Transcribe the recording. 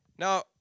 Now